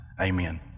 Amen